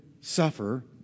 suffer